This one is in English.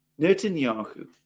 Netanyahu